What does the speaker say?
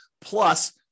plus